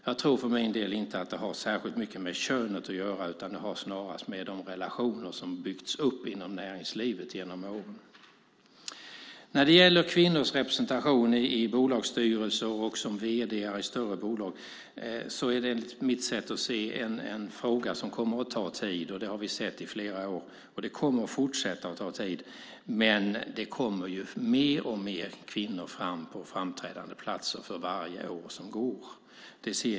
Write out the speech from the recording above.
Jag tror för min del inte att det har särskilt mycket med könet att göra utan snarare med de relationer som har byggts upp inom näringslivet genom åren. När det gäller kvinnors representation i bolagsstyrelser och som vd i större bolag är det enligt mitt sätt att se en fråga som kommer att ta tid. Det har vi sett under flera år. Det kommer att fortsätta att ta tid. Men det kommer allt fler kvinnor fram på framträdande platser för varje år som går.